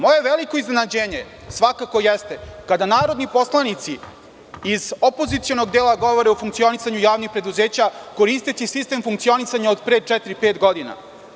Moje veliko iznenađenje svakako jeste, kada narodni poslanici iz opozicionog dela govore o funkcionisanju javnih preduzeća koristeći sistem funkcionisanja od pre četiri-pet godina.